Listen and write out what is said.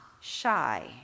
shy